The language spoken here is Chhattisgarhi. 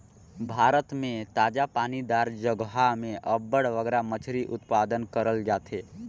भारत में ताजा पानी दार जगहा में अब्बड़ बगरा मछरी उत्पादन करल जाथे